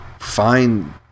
find